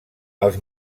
els